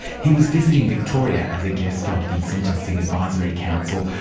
he was visiting victoria as a guest of the sentencing advisory council,